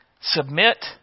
Submit